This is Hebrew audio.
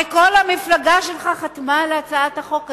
הרי כל המפלגה שלך חתומה על הצעת החוק הזאת.